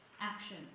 Action